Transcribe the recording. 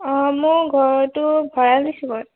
অঁ মোৰ ঘৰটো ভৰালিচুকত